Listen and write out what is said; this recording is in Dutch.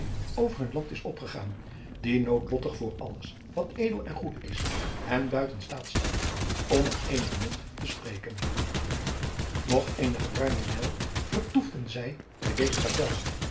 over hun land is opgegaan die noodlottig voor alles wat edel en goed is hen buiten staat stelt om met eenig nut te spreken nog eene geruime wijl vertoefden zij bij deze kapel